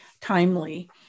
timely